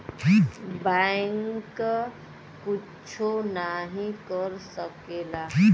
bank कुच्छो नाही कर सकेला